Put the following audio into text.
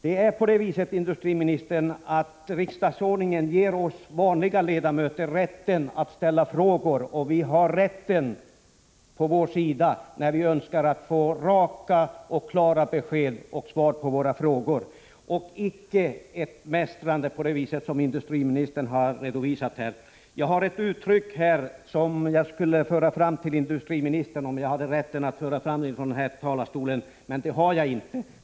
Det är på det viset, industriministern, att riksdagsordningen ger oss vanliga ledamöter rätten att ställa frågor. Vi har rätten på vår sida när vi begär att få raka och klara besked och svar på våra frågor, icke ett mästrande på det vis som industriministern gav prov på här. Det finns ett uttryck som jag skulle kunna föra fram till industriministern, om jag hade rätten att göra det från denna talarstol, men det har jag inte.